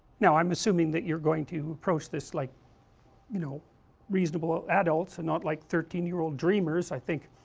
now i am assuming that you are going to approach this like you know reasonable ah adults and not like thirteen year old dreamers, i think,